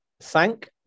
thank